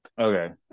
Okay